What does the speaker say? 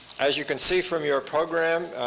as you can see from your program,